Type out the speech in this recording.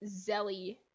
Zelly